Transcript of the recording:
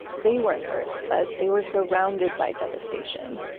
they weren't hurt, but they were surrounded by devastation.